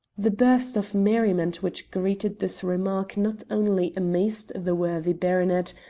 the burst of merriment which greeted this remark not only amazed the worthy baronet,